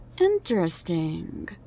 Interesting